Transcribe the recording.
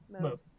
Move